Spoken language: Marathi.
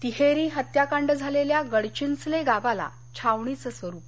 तिहेरी हत्त्याकांड झालेल्या गडचिंचले गावाला छावणीचं स्वरूप